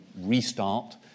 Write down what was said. restart